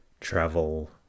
travel